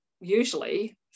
usually